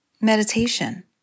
meditation